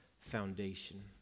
foundation